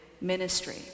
ministry